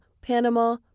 Panama